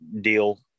deal